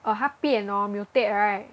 or 他变 hor mutate right